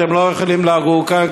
אתם לא יכולים לגור כאן,